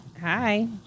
Hi